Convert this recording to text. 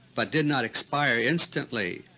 but did not expire instantly.